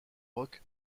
rock